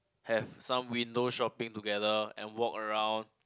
have some window shopping together and walk around